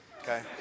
okay